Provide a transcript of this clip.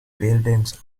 buildings